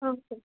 okay